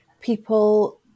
people